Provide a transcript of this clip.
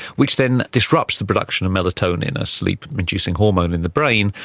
which then disrupts the production of melatonin, a sleep producing hormone in the brain,